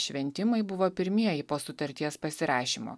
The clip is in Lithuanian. šventimai buvo pirmieji po sutarties pasirašymo